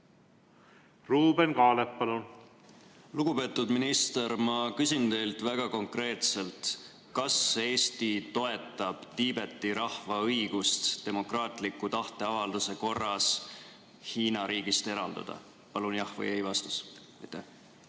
Ruuben Kaalep, palun! Lugupeetud minister! Ma küsin teilt väga konkreetselt: kas Eesti toetab Tiibeti rahva õigust demokraatliku tahteavalduse korras Hiina riigist eralduda? Palun jah- või ei-vastust!